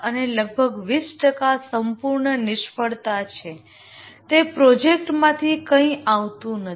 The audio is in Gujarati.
અને લગભગ 20 ટકા સંપૂર્ણ નિષ્ફળતા છે તે પ્રોજેક્ટમાંથી કંઇ આવતું નથી